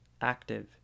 active